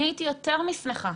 אני הייתי יותר משמחה,